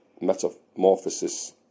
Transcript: Metamorphosis